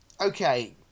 okay